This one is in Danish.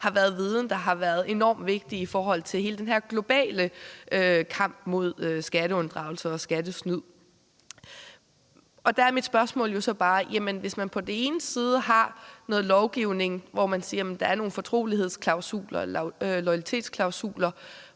har været viden, der har været enormt vigtig i hele den her globale kamp mod skatteunddragelse og skattesnyd. Der er mit spørgsmål jo så bare: Hvis man har noget lovgivning, hvor man siger, at der er nogle fortrolighedsklausuler, loyalitetsklausuler,